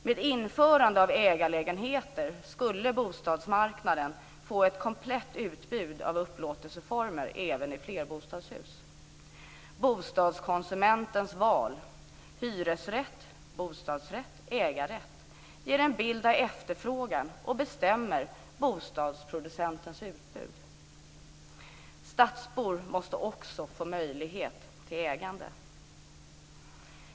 Med införande av ägarlägenheter skulle bostadsmarknaden få ett komplett utbud av upplåtelseformer även i flerbostadshus. Bostadskonsumentens val - hyresrätt, bostadsrätt, ägarrätt - ger en bild av efterfrågan och bestämmer bostadsproducenters utbud. Stadsbor måste också få möjligheten till ägande.